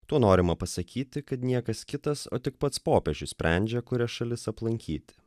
tuo norima pasakyti kad niekas kitas o tik pats popiežius sprendžia kurias šalis aplankyti